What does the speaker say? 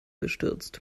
gestürzt